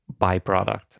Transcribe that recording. byproduct